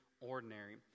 ordinary